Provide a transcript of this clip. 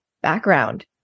background